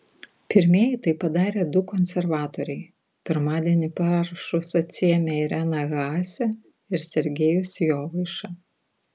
pirmieji tai padarė du konservatoriai pirmadienį parašus atsiėmė irena haase ir sergejus jovaiša